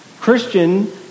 Christian